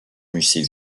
musée